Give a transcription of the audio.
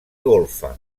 golfa